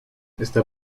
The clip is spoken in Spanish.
está